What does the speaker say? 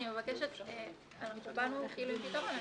באנו עם פתרון.